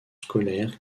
scolaires